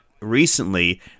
recently